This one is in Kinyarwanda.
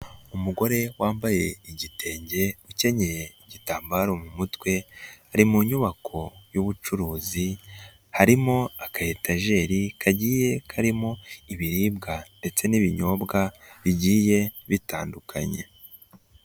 Umugore wambaye igitenge ukenye igitambaro mu mutwe, ari mu nyubako y'ubucuruzi harimo aka etajeri kagiye karimo ibiribwa, ndetse n'ibinyobwa bigiye bitandukanye.